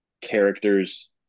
characters